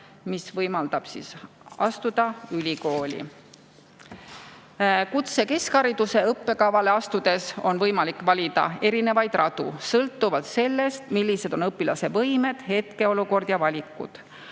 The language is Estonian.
mis võimaldab astuda ülikooli. Kutsekeskhariduse õppekavale astudes on võimalik valida erinevaid radu sõltuvalt sellest, millised on õpilase võimed, hetkeolukord ja valikud.